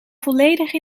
volledig